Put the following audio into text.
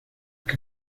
que